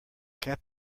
cap